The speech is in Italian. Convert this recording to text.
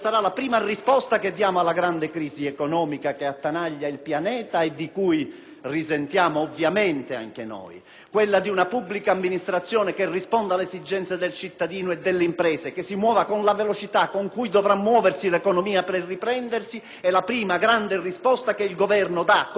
risentiamo ovviamente anche noi. Una pubblica amministrazione che risponda alle esigenze del cittadino e delle imprese, che si muova con la velocità con cui dovrà muoversi l'economia per riprendersi è la prima grande risposta che il Governo dà al Paese con questo provvedimento per cercare la strada